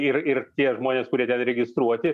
ir ir tie žmonės kurie ten registruoti